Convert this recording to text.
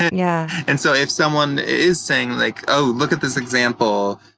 yeah and so if someone is saying like, oh, look at this example,